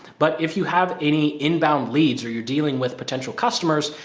but if you have any inbound leads or you're dealing with potential customers,